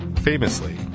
famously